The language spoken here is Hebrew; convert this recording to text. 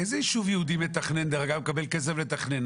איזה ישוב יהודי מקבל כסף לתכנן?